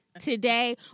today